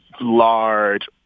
large